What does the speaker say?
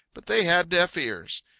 but they had deaf ears.